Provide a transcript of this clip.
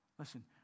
Listen